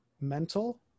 mental